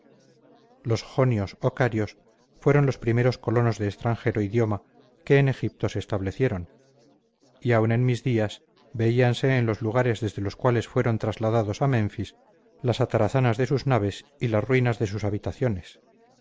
los jonios o carios fueron los primeros colonos de extranjero idioma que en egipto se establecieron y aun en mis días veíase en los lugares desde los cuales fueron trasladados a menfis las atarazanas de sus naves y las ruinas de sus habitaciones